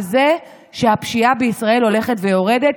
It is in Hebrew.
וזה שהפשיעה בישראל הולכת ויורדת,